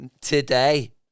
today